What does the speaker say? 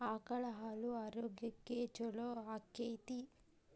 ಆಕಳ ಹಾಲು ಆರೋಗ್ಯಕ್ಕೆ ಛಲೋ ಆಕ್ಕೆತಿ?